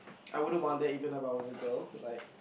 I wouldn't want that even if I was a girl like